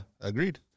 agreed